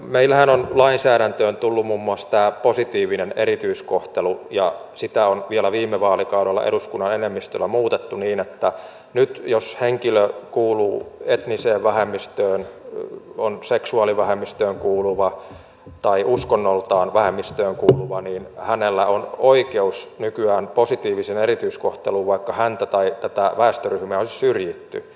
meillähän on lainsäädäntöön tullut muun muassa tämä positiivinen erityiskohtelu ja sitä on vielä viime vaalikaudella eduskunnan enemmistöllä muutettu niin että nyt jos henkilö kuuluu etniseen vähemmistöön on seksuaalivähemmistöön kuuluva tai uskonnoltaan vähemmistöön kuuluva niin hänellä on oikeus nykyään positiiviseen erityiskohteluun vaikka häntä tai tätä väestöryhmää ei olisi syrjitty